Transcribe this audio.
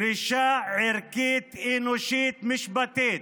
דרישה ערכית, אנושית, משפטית.